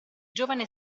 giovane